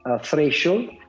threshold